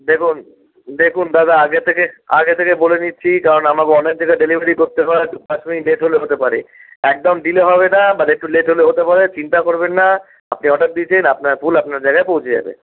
দেখুন দেখুন দাদা আগে থেকে আগে থেকে বলে দিচ্ছি কারণ আমার অনেক জায়গায় ডেলিভারি করতে হয় দু পাঁচ মিনিট লেট হলে হতে পারে একদম ডিলে হবে না বাট একটু লেট হলে হতে পারে চিন্তা করবেন না আপনি অর্ডার দিয়েছেন আপনার ফুল আপনার জায়গায় পৌঁছে যাবে